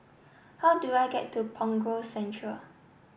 how do I get to Punggol Central